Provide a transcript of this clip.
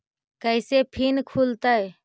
कैसे फिन खुल तय?